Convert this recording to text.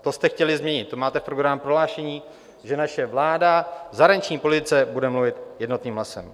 To jste chtěli změnit, to máte v programovém prohlášení, že naše vláda v zahraniční politice bude mluvit jednotným hlasem.